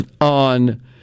on